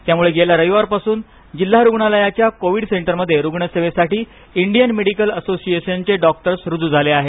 त्यामुळे गेल्या रविवारपासून जिल्हा रुग्णालयाच्या कोबीड सेंटरमध्ये रुग्णसेवेसाठी इंडियन मेडिकल असोसिएशनचे डॉक्टर्स रुजू झाले आहेत